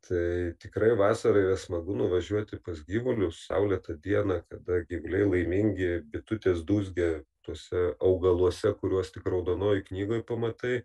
tai tikrai vasarą yra smagu nuvažiuoti pas gyvulius saulėtą dieną kada gyvuliai laimingi bitutės dūzgia tuose augaluose kuriuos tik raudonojoj knygoj pamatai